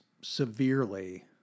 severely